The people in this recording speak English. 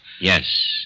Yes